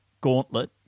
Gauntlet